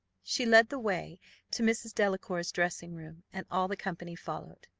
she led the way to mrs. delacour's dressing-room, and all the company followed.